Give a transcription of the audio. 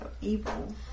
evil